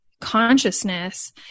consciousness